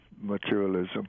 materialism